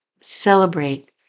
celebrate